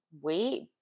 wait